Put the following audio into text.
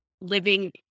living